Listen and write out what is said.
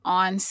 on